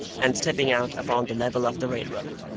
and stepping out upon the level of the railroad,